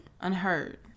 Unheard